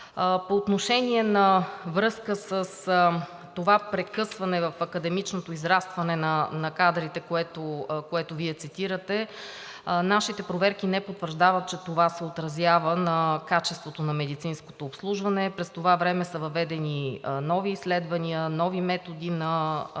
По отношение на това прекъсване в академичното израстване на кадрите, които Вие цитирате, нашите проверки не потвърждават, че това се отразява на качеството на медицинското обслужване. През това време са въведени нови изследвания, нови методи на